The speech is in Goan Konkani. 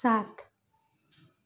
सात